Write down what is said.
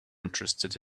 interested